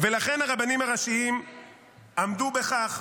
לכן הרבנים הראשיים עמדו בכך,